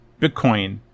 Bitcoin